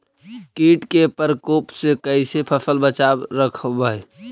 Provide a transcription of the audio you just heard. कीट के परकोप से कैसे फसल बचाब रखबय?